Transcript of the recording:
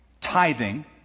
tithing